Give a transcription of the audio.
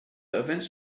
events